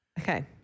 Okay